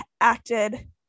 acted